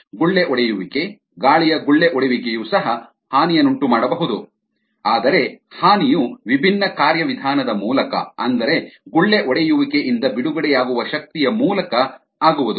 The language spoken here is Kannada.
ಗುಳ್ಳೆ ಒಡೆಯುವಿಕೆ ಗಾಳಿಯ ಗುಳ್ಳೆ ಒಡೆಯುವಿಕೆಯು ಸಹ ಹಾನಿಯನ್ನುಂಟುಮಾಡಬಹುದು ಆದರೆ ಹಾನಿಯು ವಿಭಿನ್ನ ಕಾರ್ಯವಿಧಾನದ ಮೂಲಕ ಅಂದರೆ ಗುಳ್ಳೆ ಒಡೆಯುವಿಕೆಯಿಂದ ಬಿಡುಗಡೆಯಾಗುವ ಶಕ್ತಿಯ ಮೂಲಕ ಆಗುವುದು